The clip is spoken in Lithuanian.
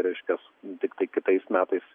reiškias tiktai kitais metais